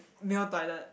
male toilet